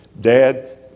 Dad